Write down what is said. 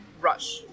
rush